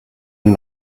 and